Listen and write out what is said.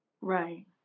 Right